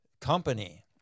company